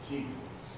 Jesus